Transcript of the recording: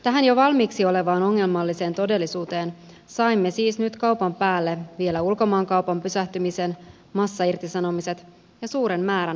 tähän jo valmiiksi olevaan ongelmalliseen todellisuuteen saimme siis nyt kaupan päälle vielä ulkomaankaupan pysähtymisen massairtisanomiset ja suuren määrän uusia työttömiä